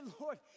Lord